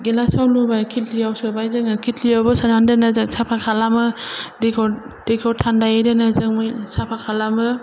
गिलासआव लुबाय खेतलियाव सोबाय जोङो खेथलियावबो सोनानै दोनो जों साफा खालामो दैखौ दैखौ थान्दायै दोनो जों मैला साफा खालामो